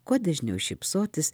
kuo dažniau šypsotis